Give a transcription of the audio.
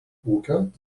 ūkio